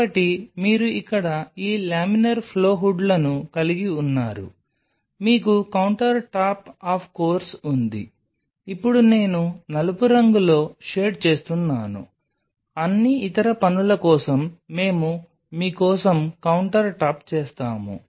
కాబట్టి మీరు ఇక్కడ ఈ లామినార్ ఫ్లో హుడ్లను కలిగి ఉన్నారు మీకు కౌంటర్ టాప్ ఆఫ్ కోర్స్ ఉంది ఇప్పుడు నేను నలుపు రంగులో షేడ్ చేస్తున్నాను అన్ని ఇతర పనుల కోసం మేము మీ కోసం కౌంటర్టాప్ చేస్తాము